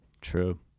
True